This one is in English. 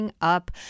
up